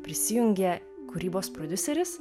prisijungė kūrybos prodiuseris